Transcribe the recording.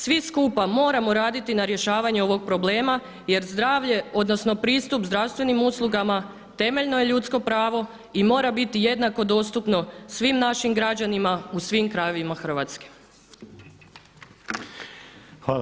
Svi skupa moramo raditi na rješavanju ovog problema jer zdravlje, odnosno pristup zdravstvenim uslugama temeljno je ljudsko pravo i mora biti jednako dostupno svim našim građanima u svim krajevima Hrvatske.